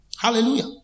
hallelujah